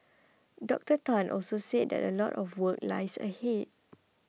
Doctor Tan also said that a lot of work lies ahead